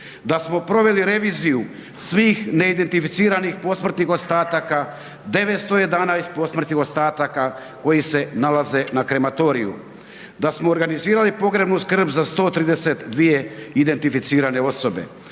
Da smo proveli reviziju svih neidentificiranih posmrtnih ostataka 911 posmrtnih ostataka koji se nalaze na Krematoriju. Da smo organizirali pogrebnu skrb za 132 identificirane osobe,